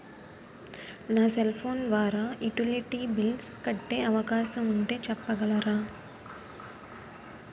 నా cell phone ద్వారా utility bills కట్టే అవకాశం ఉంటే చెప్పగలరా?